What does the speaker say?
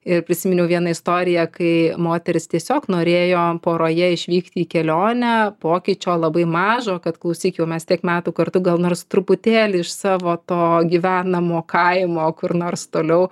ir prisiminiau vieną istoriją kai moteris tiesiog norėjo poroje išvykti į kelionę pokyčio labai mažo kad klausyk jau mes tiek metų kartu gal nors truputėlį iš savo to gyvenamo kaimo kur nors toliau